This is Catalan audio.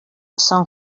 són